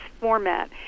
format